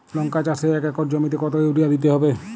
লংকা চাষে এক একর জমিতে কতো ইউরিয়া দিতে হবে?